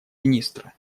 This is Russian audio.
министра